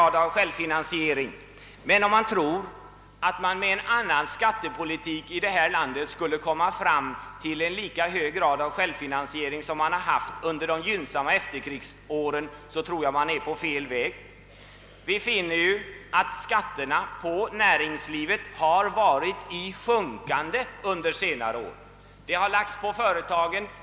Men om man tror att man med en annan skattepolitik i detta land skulle kunna åstadkomma en lika hög grad av självfinansiering som under de gynnsamma efterkrigsåren, så är man inne på fel väg. Skatterna på näringslivet har under senare år varit i sjunkande.